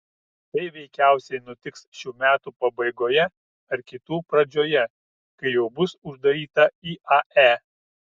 tai veikiausiai nutiks šių metų pabaigoje ar kitų pradžioje kai jau bus uždaryta iae